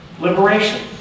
liberation